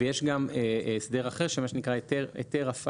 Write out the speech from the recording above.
ויש גם הסדר אחר שהוא מה שנקרא "היתר הפעלה",